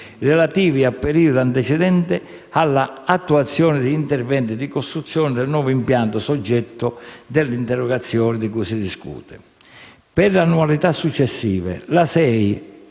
relativi quindi a periodi antecedenti alla attuazione di interventi di costruzione del nuovo impianto oggetto dell'interrogazione di cui si discute. Per le annualità successive la